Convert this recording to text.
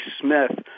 smith